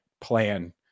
plan